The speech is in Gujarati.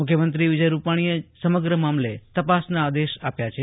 મુખ્યમંત્રી વિજય રૂપાણીએ સમગ્ર મામલે તપાસના આદેશ આપ્યા છે